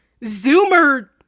zoomer